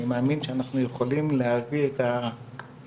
אני מאמין שאנחנו יכולים להביא את הקשר